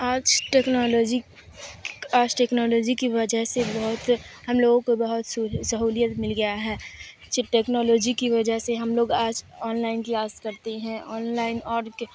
آج ٹیکنالوجی آج ٹیکنالوجی کی وجہ سے بہت ہم لوگوں کو بہت سہولیت مل گیا ہے ٹیکنالوجی کی وجہ سے ہم لوگ آج آن لائن کلاس کرتے ہیں آن لائن اور